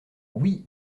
oui